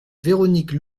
véronique